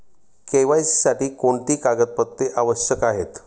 KYC साठी कोणती कागदपत्रे आवश्यक आहेत?